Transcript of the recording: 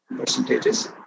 percentages